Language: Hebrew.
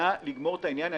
נא לגמור את העניין.